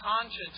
conscience